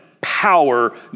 power